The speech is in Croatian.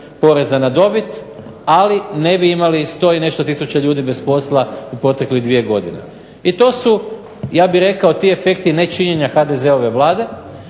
poreza na dobit, ali ne bi imali 100 i nešto tisuća ljudi bez posla u proteklih dvije godine. I to su, ja bih rekao ti efekti nečinjenja HDZ-ove Vlade